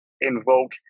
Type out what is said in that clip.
invoke